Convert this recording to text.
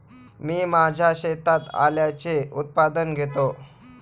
मी माझ्या शेतात आल्याचे उत्पादन घेतो